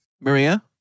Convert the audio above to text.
Maria